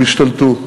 הם השתלטו,